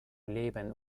leben